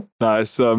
nice